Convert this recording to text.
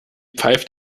pfeift